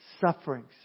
sufferings